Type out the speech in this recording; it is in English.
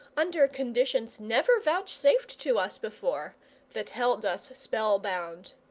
under conditions never vouchsafed to us before that held us spell-bound.